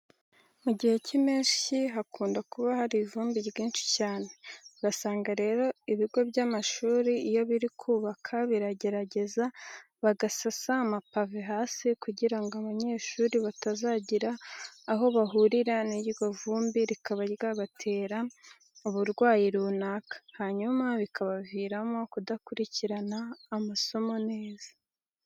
Mu gihe cy'Impeshyi hakunda kuba hari ivumbi ryinshi cyane, ugasanga rero ibigo by'amashuri iyo biri kubaka biragerageza bagasasa amapave hasi kugira ngo abanyeshuri batazagira aho bahurira n'iryo vumbi rikaba ryabatera uburwayi runaka, hanyuma bikabaviramo kudakurikirana amasomo neza.